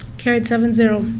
carried seven zero.